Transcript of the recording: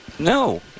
No